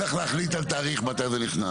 צריך להחליט על תאריך, מתי זה נכנס.